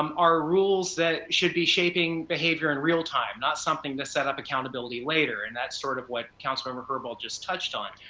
um are rules that should be shaping behavior in real time, not something to set up accountability later, and that is sort of what councilmember herbold just touched on.